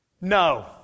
No